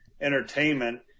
entertainment